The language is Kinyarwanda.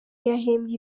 yahembwe